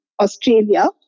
Australia